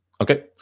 Okay